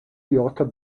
yorker